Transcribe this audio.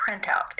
printout